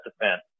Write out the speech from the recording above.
defense